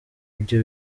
ibyo